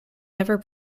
never